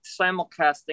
simulcasting